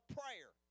prayer